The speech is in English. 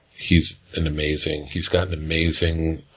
he's an amazing, he's got an amazing